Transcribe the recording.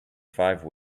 five